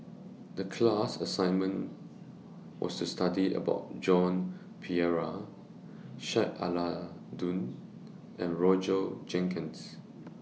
The class assignment was to study about Joan Pereira Sheik Alau'ddin and Roger Jenkins